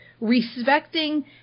respecting